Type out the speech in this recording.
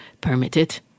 permitted